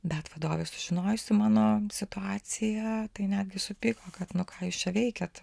bet vadovė sužinojusi mano situaciją tai netgi supyko kad nu ką jūs čia veikiat